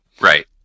Right